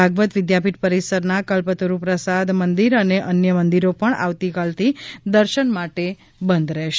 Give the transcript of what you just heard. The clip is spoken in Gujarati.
ભગવાન વિદ્યાપીઠ પરિસરના કલ્પતરુ પ્રસાદ મંદિર અને અન્ય મંદિરો પણ આવતીકાલથી દર્શન માટે બંધ રહેશ